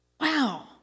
Wow